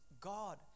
God